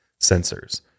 sensors